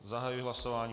Zahajuji hlasování.